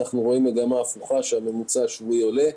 אבל אנחנו רואים מגמה הפוכה והממוצע השבועי עולה.